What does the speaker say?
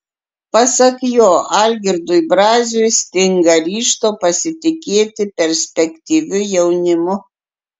pasak jo algirdui braziui stinga ryžto pasitikėti perspektyviu jaunimu